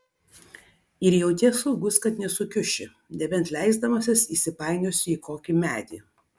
ir jauties saugus kad nesukiuši nebent leisdamasis įsipainiosi į kokį medį